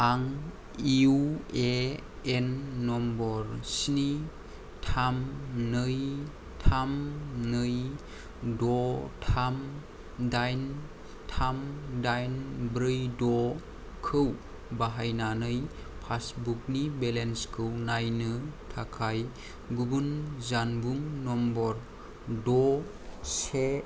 आं U A N number स्नि थाम नै थाम नै द' थाम दाइन थाम दाइन ब्रै द'खौ बाहायनानै पासबुकनि बेलेन्सखौ नायनो थाखाय गुबुन जानबुं नम्बर द' से